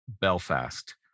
Belfast